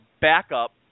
backup